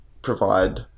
provide